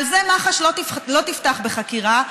על זה מח"ש לא תפתח בחקירה.